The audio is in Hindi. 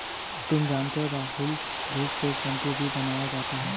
तुम जानते हो राहुल घुस से शैंपू भी बनाया जाता हैं